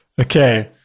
Okay